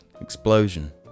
Explosion